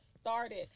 started